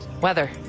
Weather